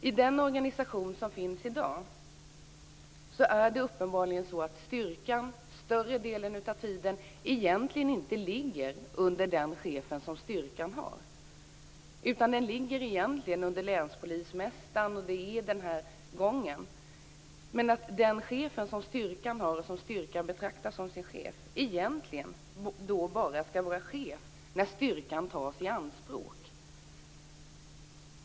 I den organisation som finns i dag är det uppenbarligen så att styrkan större delen av tiden egentligen inte ligger under den chef som styrkan har. Den ligger egentligen under länspolismästaren. Det är så gången är. Men den chef som styrkan har, den person som styrkan betraktar som sin chef, skall egentligen bara vara chef när styrkan tas i anspråk.